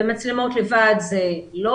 מצלמות לבד זה לא.